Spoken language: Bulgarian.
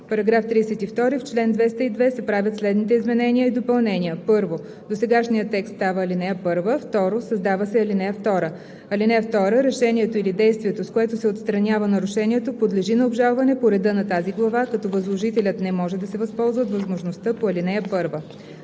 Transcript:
§ 32: „§ 32. В чл. 202 се правят следните изменения и допълнения: „1. Досегашният текст става ал. 1. 2. Създава се ал. 2: „(2) Решението или действието, с което се отстранява нарушението, подлежи на обжалване по реда на тази глава, като възложителят не може да се възползва от възможността по ал.